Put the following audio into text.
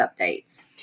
updates